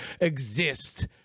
exist